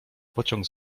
pociąg